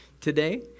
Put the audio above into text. today